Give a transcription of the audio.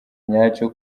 nyacyo